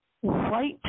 white